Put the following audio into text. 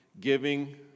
giving